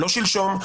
לא שלשום,